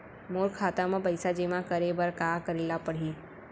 मोर खाता म पइसा जेमा करे बर का करे ल पड़ही?